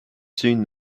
soon